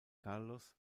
carlos